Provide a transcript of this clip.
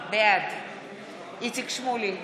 בעד איציק שמולי,